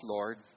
Lord